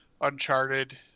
Uncharted